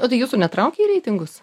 o tai jūsų netraukia į reitingus